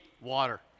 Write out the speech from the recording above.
water